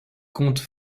compte